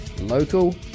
local